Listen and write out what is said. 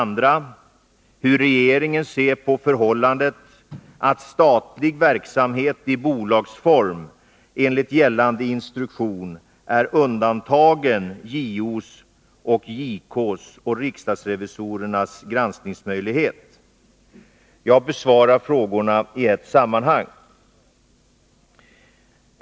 Hur ser regeringen på förhållandet att statlig verksamhet i bolagsform enligt gällande instruktion är undantagen JO:s, JK:s och riksdagsrevisorernas granskningsmöjlighet? Jag besvarar frågorna i ett sammanhang.